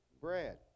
bread